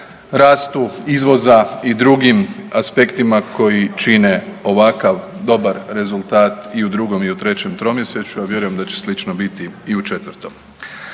rastu izvoza i drugim aspektima koji čine ovakav dobar rezultat i u 2. i u 3. tromjesečju, a vjerujem da će biti slično